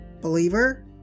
Believer